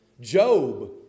Job